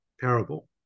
parable